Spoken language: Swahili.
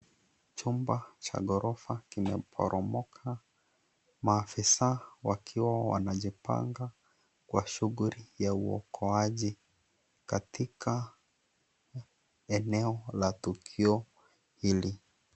Chumba cha ghorofa kimeporomoka. Maafisa wakiwa wanajipanga kwa shughuli ya uokoaji katika eneo la tukio hili.